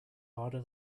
harder